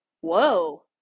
whoa